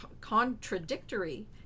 contradictory